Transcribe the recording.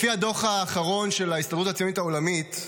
לפי הדוח האחרון של ההסתדרות הציונית העולמית,